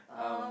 um